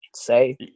say